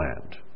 land